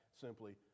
simply